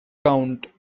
count